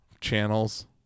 channels